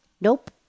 Nope